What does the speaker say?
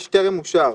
יש טרם אושר.